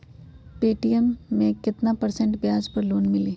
Paytm मे केतना percent ब्याज पर लोन मिली?